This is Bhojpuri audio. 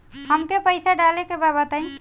हमका पइसा डाले के बा बताई